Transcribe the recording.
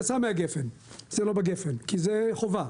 מהגפ"ן כי זה חובה,